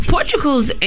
Portugal's